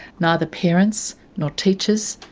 neither parents, nor teachers,